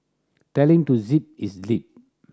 tell him to zip his lip